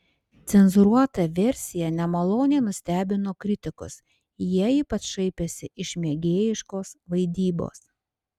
cenzūruota versija nemaloniai nustebino kritikus jie ypač šaipėsi iš mėgėjiškos vaidybos